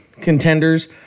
contenders